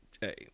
Hey